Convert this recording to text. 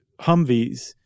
Humvees